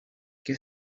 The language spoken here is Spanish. qué